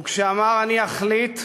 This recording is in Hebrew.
וכשאמר "אני אחליט",